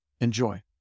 Enjoy